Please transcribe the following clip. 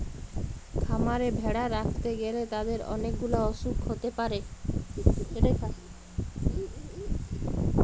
খামারে ভেড়া রাখতে গ্যালে তাদের অনেক গুলা অসুখ হতে পারে